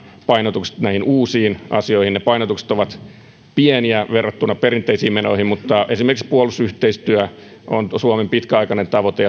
painotukset näihin uusiin asioihin ne painotukset ovat pieniä verrattuna perinteisiin menoihin mutta esimerkiksi puolustusyhteistyö ja sen kehittäminen on suomen pitkäaikainen tavoite